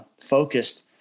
focused